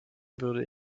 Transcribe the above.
würde